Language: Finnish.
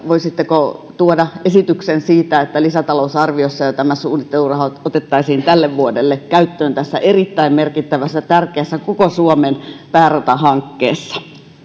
voisitteko tuoda esityksen siitä että jo lisätalousarviossa tämä suunnitteluraha otettaisiin tälle vuodelle käyttöön tässä erittäin merkittävässä tärkeässä koko suomen pääratahankkeessa